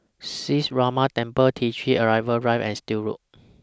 Sree Ramar Temple T three Arrival Drive and Still Road